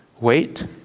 wait